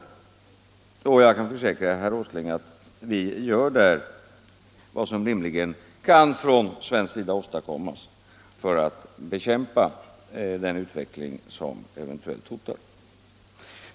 Jag kan försäkra herr Åsling att vi gör där vad som från svensk sida rimligen kan åstadkommas för att bekämpa den utveckling som eventuellt hotar.